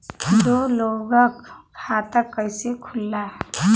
दो लोगक खाता कइसे खुल्ला?